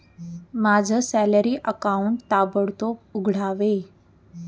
माझं salary account ताबडतोब उघडावे